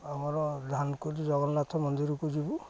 ଆମର ଧାନ କୋଜି ଜଗନ୍ନାଥ ମନ୍ଦିରକୁ ଯିବୁ